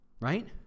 right